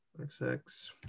XX